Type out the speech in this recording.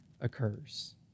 occurs